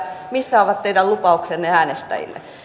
missä ovat teidän lupauksenne äänestäjille